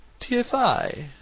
TFI